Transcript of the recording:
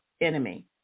enemy